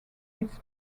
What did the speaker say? its